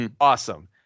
Awesome